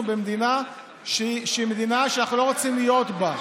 במדינה שהיא מדינה שאנחנו לא רוצים להיות בה.